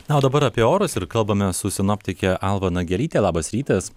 na o dabar apie orus ir kalbame su sinoptike alva nagelyte labas rytas